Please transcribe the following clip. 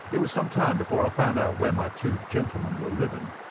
it was some time before i found out where my two gentlemen were living